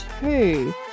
two